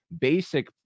basic